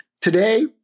today